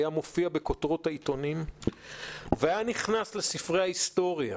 היה מופיע בכותרות העיתונים והיה נכנס לספרי ההיסטוריה